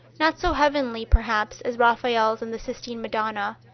not so heavenly, perhaps, as raphael's in the sistine madonna,